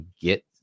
get